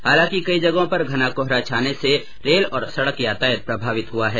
हालांकि कई जगहों पर घना कोहरा छाने से रेल और सड़क यातायात प्रभावित हो रहा है